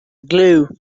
glue